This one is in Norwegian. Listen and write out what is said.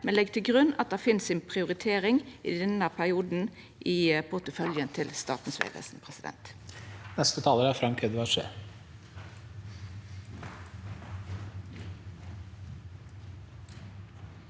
men legg til grunn at det finn si prioritering i denne perioden i porteføljen til Statens vegvesen. Frank